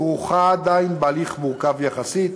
עדיין כרוכה בהליך מורכב יחסית.